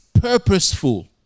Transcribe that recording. purposeful